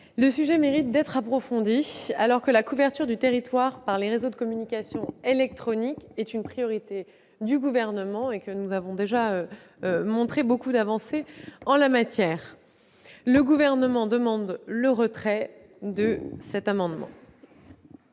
Le sujet mérite d'être approfondi, alors que la couverture du territoire par les réseaux de communications électroniques est une priorité du Gouvernement et que nous avons déjà beaucoup avancé en la matière. Par conséquent, le Gouvernement demande le retrait de cet amendement.